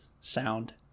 sound